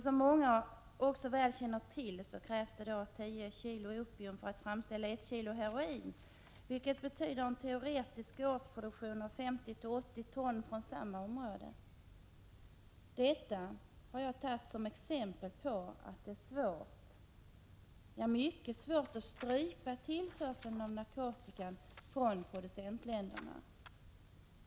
Som många också väl känner till krävs det 10 kilo opium för att framställa 1 kilo heroin, vilket betyder en teoretisk årsproduktion av 50-80 ton från samma område. Detta har jag tagit som ett exempel på att det är svårt — ja, mycket svårt — att strypa tillförseln av narkotika från producentländerna.